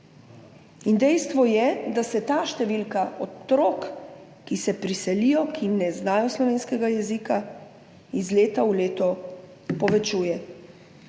Dejstvo je, da se ta številka otrok, ki se priselijo, ki ne znajo slovenskega jezika, iz leta v leto povečuje.